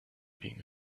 being